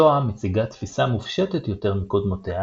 SOA מציגה תפיסה מופשטת יותר מקודמותיה